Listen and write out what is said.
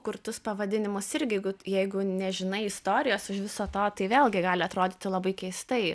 kurtus pavadinimus irgi jeigu jeigu nežinai istorijos už viso to tai vėlgi gali atrodyti labai keistai